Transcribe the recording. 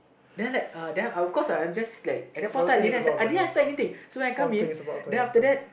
then I like uh then I of course I'm I'm just like at that point of time I didn't I didn't expect anything so when I come in then after that